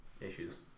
issues